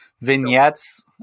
vignettes